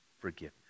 forgiveness